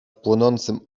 płonącym